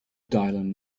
dylan